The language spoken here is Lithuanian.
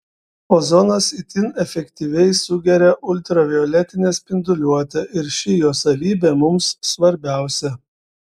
ozonas itin efektyviai sugeria ultravioletinę spinduliuotę ir ši jo savybė mums svarbiausia